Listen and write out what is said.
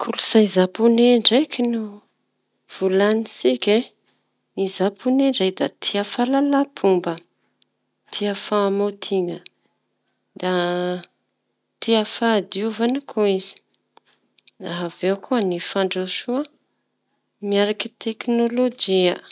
Ny kolontsai zaponey ndraiky volañintsika. zaponey izañy da tia fahalala-pomba na fahamaontinana, ny fahadiovana da avy eo ny fandrosoana amy teknolozia.